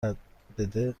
بده، فوری